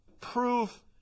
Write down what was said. prove